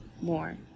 more